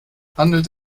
handelt